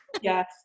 Yes